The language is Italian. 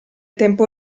tempo